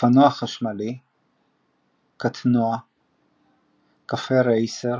אופנוע חשמלי קטנוע קפה רייסר